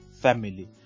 family